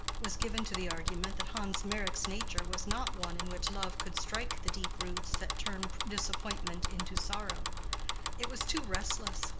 was given to the argument that hans meyrick's nature was not one in which love could strike the deep roots that turn disappointment into sorrow it was too restless,